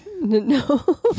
No